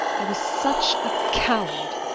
i was such a coward.